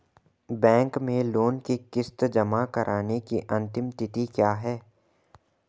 Bank में loan की किश्त जमा कराने की अंतिम तिथि क्या है?